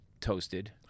toasted